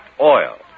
Oil